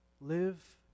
live